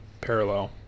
parallel